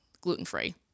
gluten-free